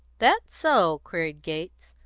that so? queried gates.